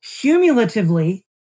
cumulatively